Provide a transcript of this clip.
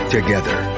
Together